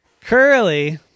Curly